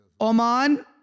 Oman